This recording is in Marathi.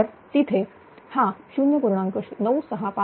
तर तिथे हा 0